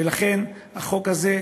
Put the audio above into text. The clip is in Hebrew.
ולכן החוק הזה,